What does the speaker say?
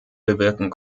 bewirken